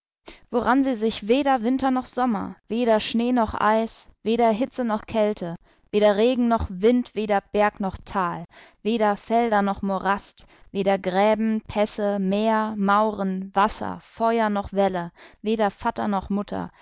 woran sie sich weder winter noch sommer weder schnee noch eis weder hitze noch kälte weder regen noch wind weder berg noch tal weder felder noch morast weder gräben pässe meer mauren wasser feur noch wälle weder vatter noch mutter